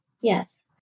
Yes